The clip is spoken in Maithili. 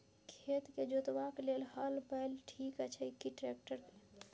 खेत जोतबाक लेल हल बैल ठीक अछि की ट्रैक्टर?